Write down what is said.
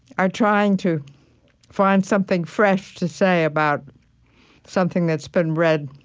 are trying to find something fresh to say about something that's been read